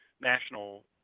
national